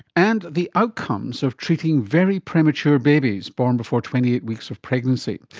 and the outcomes of treating very premature babies born before twenty eight weeks of pregnancy,